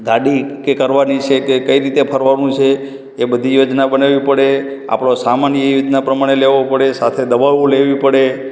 ગાડી કે કરવાની છે કે કઈ રીતે ફરવાનું છે એ બધી યોજના બનાવવી પડે આપણો સમાન એ રીતના પ્રમાણે લેવો પડે સાથે દવાઓ લેવી પડે